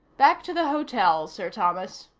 back to the hotel, sir thomas,